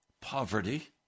poverty